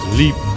leap